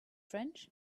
french